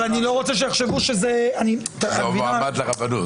אבל אני לא רוצה שיחשבו שזה --- שלא יחשבו שהוא המועמד לרבנות.